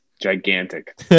Gigantic